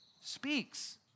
speaks